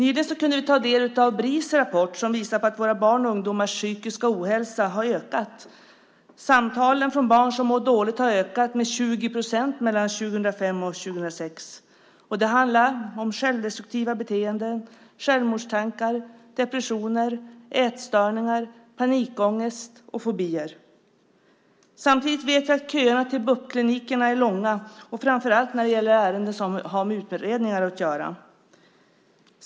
Vi kunde nyligen ta del av Bris rapport som visar att våra barns och ungdomars psykiska ohälsa har ökat. Samtalen från barn som mår dåligt har ökat med 20 procent mellan 2005 och 2006. Det handlar om självdestruktiva beteenden, självmordstankar, depressioner, ätstörningar, panikångest och fobier. Samtidigt vet vi att köerna till BUP-klinikerna är långa, framför allt när det gäller ärenden som har med utredningar att göra.